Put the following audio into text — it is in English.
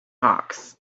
hawks